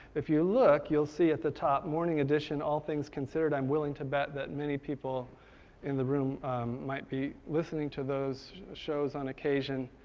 if you look, you'll see at the top, morning edition, all things considered, i'm willing to bet that many people in the room might be listening to those shows on occasion.